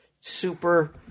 super